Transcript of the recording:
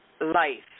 life